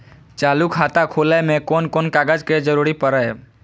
चालु खाता खोलय में कोन कोन कागज के जरूरी परैय?